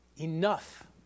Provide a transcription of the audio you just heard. Enough